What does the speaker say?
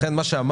לכן מה שאמרנו,